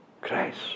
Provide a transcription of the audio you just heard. Christ